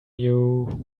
you